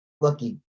lucky